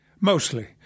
Mostly